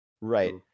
Right